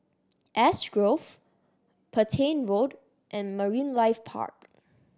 Ash Grove Petain Road and Marine Life Park